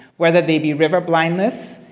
whether they be river blindness,